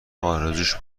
ارزوش